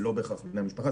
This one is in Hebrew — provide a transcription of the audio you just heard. זה לא בהכרח בני משפחה.